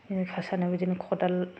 बे ना सारनायाव बिदिनो खदाल